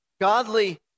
godly